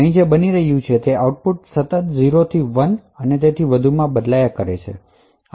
આપણે અહીં જે બની રહ્યું છે તે છે કે આ આઉટપુટ સતત 0 અને 1 માં બદલાય છે